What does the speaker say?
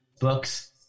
books